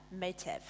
motive